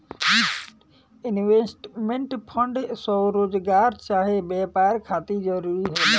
investment fund स्वरोजगार चाहे व्यापार खातिर जरूरी होला